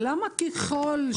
למה ככל שיתאפשר?